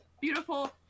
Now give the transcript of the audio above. beautiful